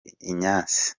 ignace